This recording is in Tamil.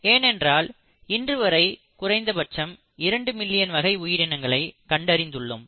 ஏனென்றால் இன்று வரை குறைந்தபட்சம் 2 மில்லியன் வகை உயிரினங்களை கண்டறிந்துள்ளோம்